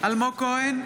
אלמוג כהן,